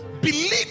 Believe